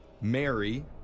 Mary